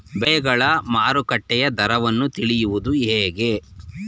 ಬೆಳೆಗಳ ಮಾರುಕಟ್ಟೆಯ ದರವನ್ನು ತಿಳಿಯುವುದು ಹೇಗೆ?